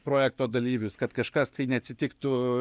projekto dalyvius kad kažkas tai neatsitiktų